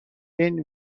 این